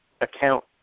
account